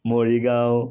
Morigaon